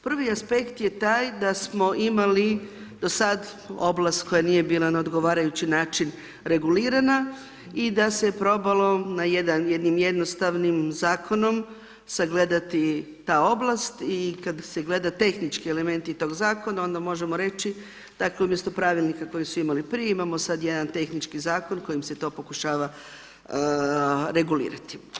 Prvi aspekt je taj da smo imali, do sada oblast koja nije bila na odgovarajući način regulirana i da se probalo na jedan jednim jednostavnim zakonom sagledati ta oblast i kada se gleda tehnički elementi tog zakona, onda možemo reći da umjesto pravilnika koji su imali prije, imamo sada jedan tehnički zakon koji se to pokušava regulirati.